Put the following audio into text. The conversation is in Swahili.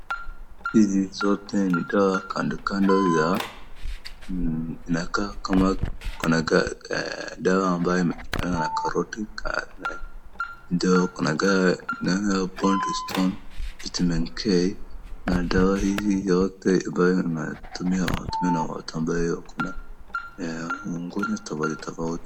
Hizi zote ni dawa kandokando za inakaa kama iko na dawa ambaye iko na karoti . Naona hapo kuna bone restore, vitamin K dawa hizi yote inatumiwa na watu ambayo wako na ugonjwa tofauti tofauti.